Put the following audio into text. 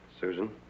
Susan